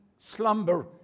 slumber